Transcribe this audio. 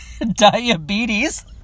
diabetes